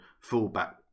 fullback